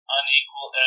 unequal